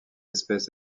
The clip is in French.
espèce